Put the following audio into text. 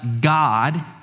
God